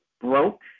broke